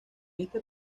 este